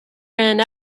ran